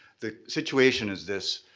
the situation is this,